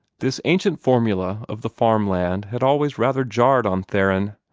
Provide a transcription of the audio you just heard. this ancient formula of the farm-land had always rather jarred on theron.